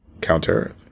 Counter-Earth